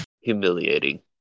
Humiliating